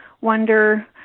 wonder